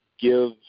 give